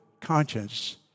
conscience